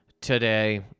today